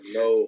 no